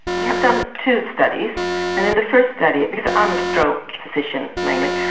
we have done two studies and in the first study, because i'm a stroke physician mainly,